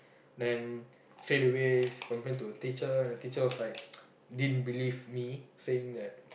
then straightaway complain to the teacher and the teacher was like didn't believe me saying that